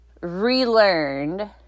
relearned